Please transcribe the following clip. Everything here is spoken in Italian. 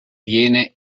viene